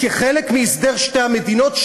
כחלק מהסדר שתי המדינות,